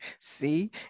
See